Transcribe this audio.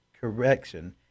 correction